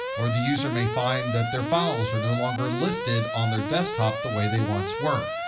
or the user may find that their files are no longer listed on their desktop the way they once were.